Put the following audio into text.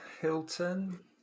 Hilton